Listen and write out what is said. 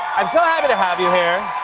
i'm so happy to have you here.